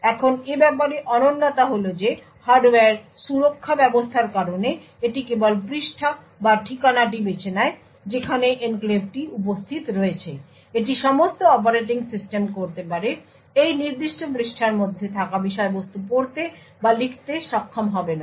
এখন এব্যাপারে অন্যনতা হল যে হার্ডওয়্যার সুরক্ষা ব্যবস্থার কারণে এটি কেবল পৃষ্ঠা বা ঠিকানাটি বেছে নেয় যেখানে এনক্লেভটি উপস্থিত রয়েছে এটি সমস্ত অপারেটিং সিস্টেম করতে পারে এই নির্দিষ্ট পৃষ্ঠার মধ্যে থাকা বিষয়বস্তু পড়তে বা লিখতে সক্ষম হবে না